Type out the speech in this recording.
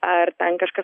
ar ten kažkas